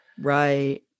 right